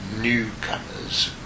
newcomers